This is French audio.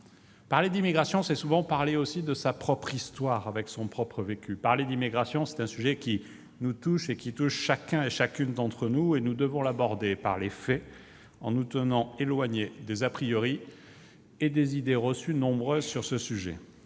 Parler d'immigration, c'est souvent parler aussi de sa propre histoire, avec son propre vécu. Parler d'immigration, c'est évoquer un sujet qui touche chacune et chacun d'entre nous. Nous devons l'aborder par les faits, en nous tenant éloignés des et des idées reçues, qui sont